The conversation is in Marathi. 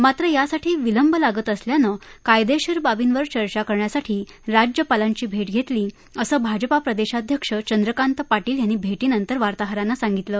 मात्र यासाठी विलंब लागत असल्यानं कायदेशीर बाबींवर चर्चा करण्यासाठी राज्यपालांची भेट घेतली असं भाजपा प्रदेशाध्यक्ष चंद्रकांत पाटील यांनी भेटीनंतर वार्ताहरांना सांगितलं